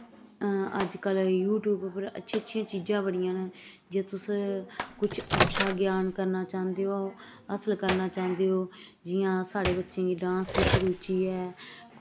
अजकल्ल यूटयूब उप्पर अच्छी अच्छियां चीजां बड़ियां न जे तुस कुश अच्छा ग्यान करना चांह्दे ओ हासल करना चांह्दे ओ जियां साढ़े बच्चें गी डांस बिच रुची ऐ